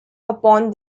upon